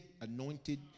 anointed